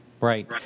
Right